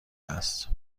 است